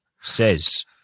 says